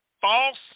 false